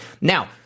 Now